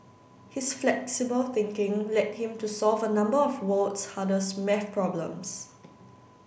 his flexible thinking led him to solve a number of world's hardest maths problems